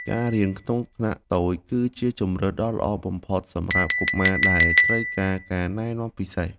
ការរៀនក្នុងថ្នាក់តូចគឺជាជម្រើសដ៏ល្អបំផុតសម្រាប់កុមារដែលត្រូវការការណែនាំពិសេស។